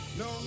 no